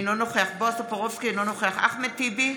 אינו נוכח בועז טופורובסקי, אינו נוכח אחמד טיבי,